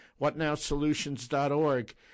whatnowsolutions.org